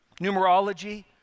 Numerology